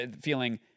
feeling